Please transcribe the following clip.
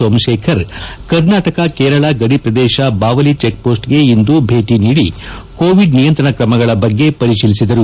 ಸೋಮಶೇಖರ್ ಕರ್ನಾಟಕ ಕೇರಳ ಗಡಿಪ್ರದೇಶ ಬಾವಲಿ ಚಿಕ್ ಪೋಸ್ಟ್ಗೆ ಇಂದು ಭೇಟಿ ನೀಡಿ ಕೋವಿಡ್ ನಿಯಂತ್ರಣ ಕ್ರಮಗಳ ಬಗ್ಗೆ ಪರಿಶೀಲಿಸಿದರು